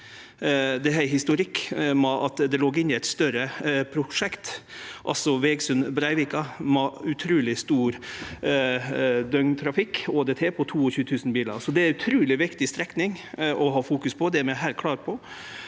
historikk. Det låg inne i eit større prosjekt, altså Vegsund–Breivika, med utruleg stor døgntrafikk, ein ÅDT på 22 000 bilar. Det er ei utruleg viktig strekning å ha fokus på, det er vi heilt klare på.